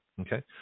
Okay